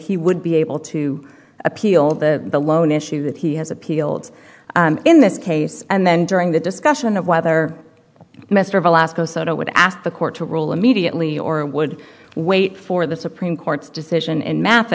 he would be able to appeal the the lone issue that he has appealed in this case and then during the discussion of whether mr velasco soto would ask the court to rule immediately or would wait for the supreme court's decision in math